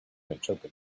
interpret